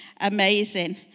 amazing